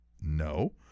No